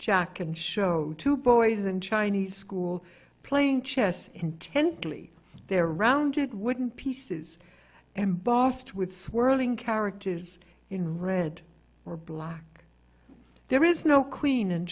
jack and show two boys in chinese school playing chess intently their rounded wouldn't pieces and boston with swirling characters in red or black there is no queen